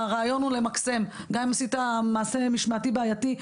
הרעיון הוא למקסם: גם אם עשית מעשה משמעתי בעייתי,